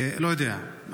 לא יודע,